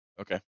okay